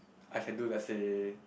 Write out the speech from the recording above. I can do let's say